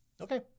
Okay